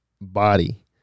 body